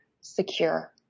secure